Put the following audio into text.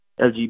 LGBT